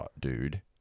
dude